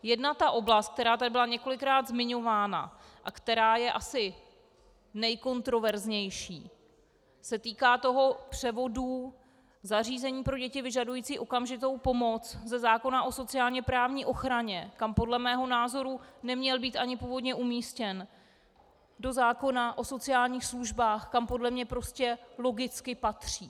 Jedna oblast, která tady byla několikrát zmiňována a která je asi nejkontroverznější, se týká převodu zařízení pro děti vyžadující okamžitou pomoc ze zákona o sociálněprávní ochraně, kam podle mého názoru neměl být ani původně umístěn, do zákona o sociálních službách, kam podle mě logicky patří.